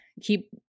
keep